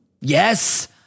Yes